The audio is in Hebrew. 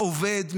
העובד,